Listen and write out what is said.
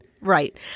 Right